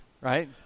right